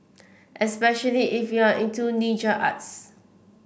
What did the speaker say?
especially if you are into ninja arts